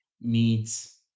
meets